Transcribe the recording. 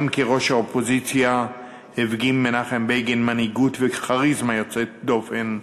גם כראש האופוזיציה הפגין מנחם בגין מנהיגות וכריזמה יוצאות דופן,